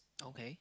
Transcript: okay